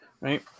Right